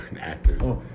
actors